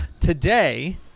Today